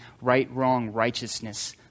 right-wrong-righteousness